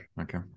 Okay